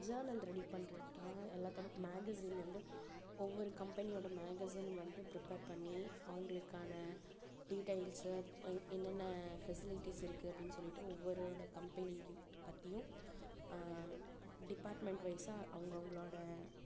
journal ready பண்ணுறது தான் எல்லாத்தோட மேகஸின் வந்து ஒவ்வொரு கம்பெனியோட மேகஸின் வந்து ப்ரிப்பர் பண்ணி அவங்களுக்கான டீடைல்ஸு என்னென்ன ஃபெசிலிட்டிஸ் இருக்கு அப்படின்னு சொல்லிவிட்டு ஒவ்வொரோட கம்பெனி பற்றியும் டிபார்ட்மென்ட் வைஸாக அவங்கவுங்களோட